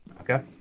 Okay